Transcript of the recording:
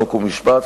חוק ומשפט,